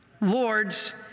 Lords